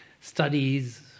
studies